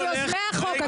אנחנו מיוזמי החוק,